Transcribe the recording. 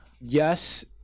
Yes